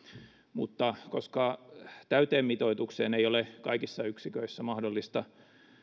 mutta koska täyteen mitoitukseen ei ole kaikissa yksiköissä mahdollista